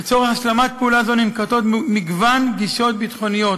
לצורך השלמת פעולה זו ננקטות מגוון גישות ביטחוניות,